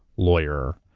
lawyer,